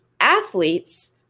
athletes